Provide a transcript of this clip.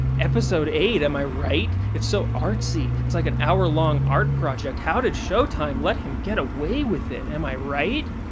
episode eight, am i right? it's so artsy. it's like an hour-long art project. how did showtime let him get away with it, am i right?